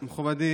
מכובדי